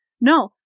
No